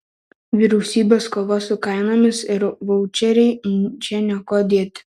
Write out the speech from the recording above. vyriausybės kova su kainomis ir vaučeriai čia niekuo dėti